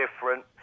different